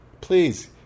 please